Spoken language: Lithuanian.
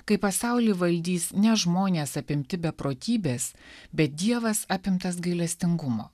kai pasaulį valdys ne žmonės apimti beprotybės bet dievas apimtas gailestingumo